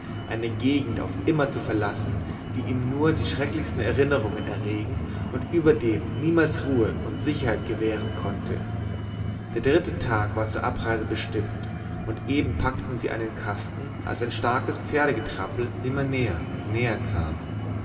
eine gegend auf immer zu verlassen die ihm nur die schrecklichsten erinnerungen erregen und überdem niemals ruhe und sicherheit gewähren konnte der dritte tag war zur abreise bestimmt und eben packten sie einen kasten als ein starkes pferdegetrappel immer näher und näher kam